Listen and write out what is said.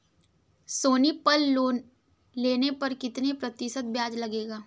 सोनी पल लोन लेने पर कितने प्रतिशत ब्याज लगेगा?